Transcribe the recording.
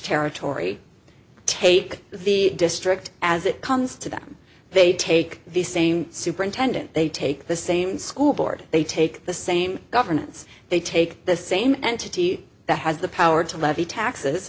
territory take the district as it comes to them they take the same superintendent they take the same school board they take the same governance they take the same entity that has the power to levy taxes